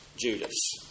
Judas